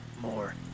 more